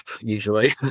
usually